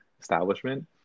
establishment